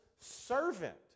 servant